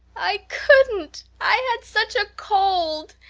i couldn't i had such a cold!